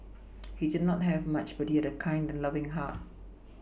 he did not have much but he had a kind and loving heart